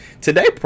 today